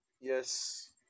Yes